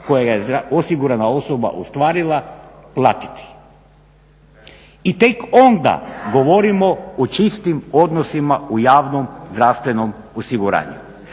kojega je osigurana osoba ostvarila platiti. I tek onda govorimo o čistim odnosima u javnom zdravstvenom osiguranju.